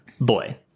boy